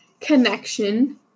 connection